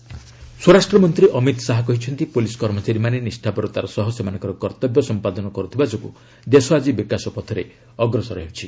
Shah police commemoration day ସ୍ୱରାଷ୍ଟ୍ର ମନ୍ତ୍ରୀ ଅମିତ୍ ଶାହା କହିଛନ୍ତି ପୁଲିସ୍ କର୍ମଚାରୀମାନେ ନିଷ୍ଠାପରତାର ସହ ସେମାନଙ୍କର କର୍ତ୍ୟବ ସମ୍ପାଦନ କରୁଥିବା ଯୋଗୁଁ ଦେଶ ଆକ୍ଟି ବିକାଶ ପଥରେ ଅଗ୍ରସର ହେଉଛି